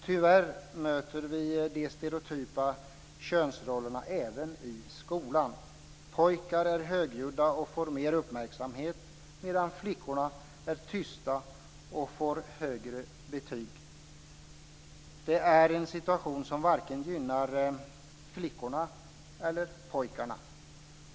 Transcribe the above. Tyvärr möter vi de stereotypa könsrollerna även i skolan. Pojkar är högljudda och får mer uppmärksamhet medan flickorna är tysta och får högre betyg. Det är en situation som varken gynnar flickorna eller pojkarna.